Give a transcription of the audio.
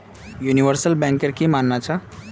universal बैंकेर की मानना छ